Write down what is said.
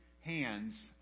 hands